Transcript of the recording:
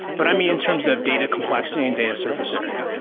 but i mean, in terms of data complexity and data surface area.